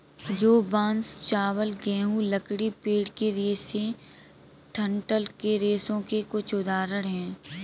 जौ, बांस, चावल, गेहूं, लकड़ी, पेड़ के रेशे डंठल के रेशों के कुछ उदाहरण हैं